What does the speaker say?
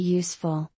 useful